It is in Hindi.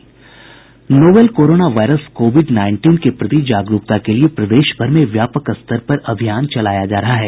novel corona virus covid nineteen के प्रति जागरूकता के लिए प्रदेश भर में व्यापक स्तर पर अभियान चलाया जा रहा है